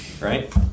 Right